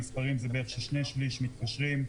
המספרים זה בערך ששני שליש מתקשרים,